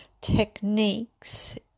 techniques